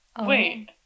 Wait